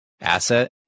asset